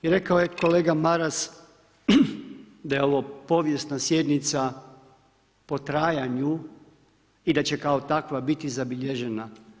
Rekao je kolega Maras da je ovo povijesna sjednica po trajanju i da će kao takva biti zabilježena.